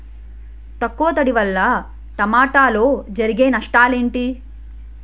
తక్కువ తడి వల్ల టమోటాలో జరిగే నష్టాలేంటి?